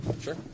Sure